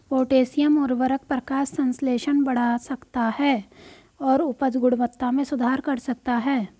potassium उवर्रक प्रकाश संश्लेषण बढ़ा सकता है और उपज गुणवत्ता में सुधार कर सकता है